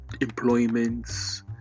employments